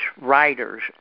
writers